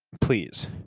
Please